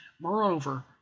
Moreover